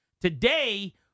Today